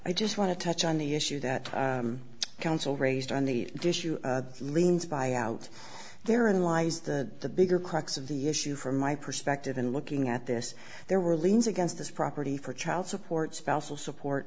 i just want to touch on the issue that counsel raised on the issue means by out there in lies the the bigger crux of the issue from my perspective in looking at this there were liens against this property for child support spousal support